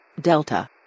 Delta